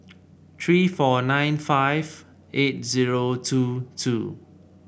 three four nine five eight zero two two